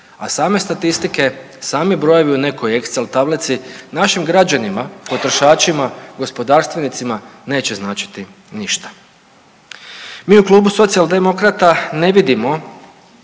a same statistike, sami brojevi u nekoj excel tablici našim građanima, potrošačima, gospodarstvenicima neće značiti ništa. Mi u Klubu Socijaldemokrata ne vidimo